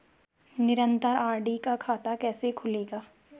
निरन्तर आर.डी का खाता कैसे खुलेगा?